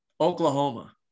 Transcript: Oklahoma